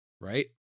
right